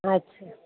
अच्छा